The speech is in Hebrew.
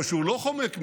אבל כשהוא לא חומק מזה,